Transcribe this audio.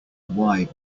why